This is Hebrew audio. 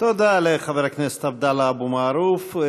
תודה לחבר הכנסת עבדאללה אבו מערוף.